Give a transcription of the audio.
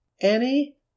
Annie